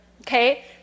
okay